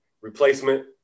replacement